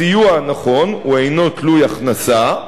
הסיוע, נכון, הוא אינו תלוי הכנסה.